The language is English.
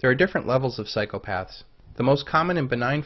there are different levels of psychopaths the most common and benign